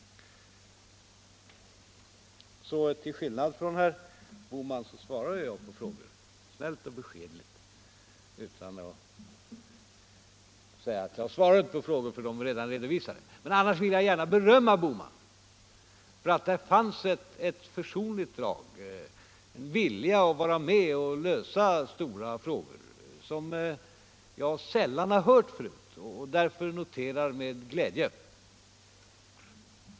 Till skillnad från herr Bohman svarar jag på frågor, snällt och beskedligt, utan att säga: Jag svarar inte på frågor, för svaren är redan redovisade. Annars vill jag gärna berömma herr Bohman. Det fanns här ett försonligt drag, en vilja att vara med och lösa stora frågor, som jag sällan har hört förut och därför noterar med glädje.